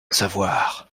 savoir